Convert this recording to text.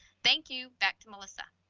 thank you back to melissa.